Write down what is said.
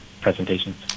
presentations